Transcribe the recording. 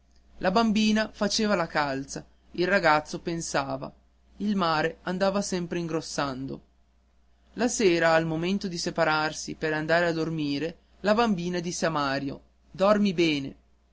la bambina faceva la calza il ragazzo pensava il mare andava sempre ingrossando la sera al momento di separarsi per andar a dormire la bambina disse a mario dormi bene